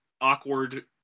awkward